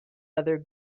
other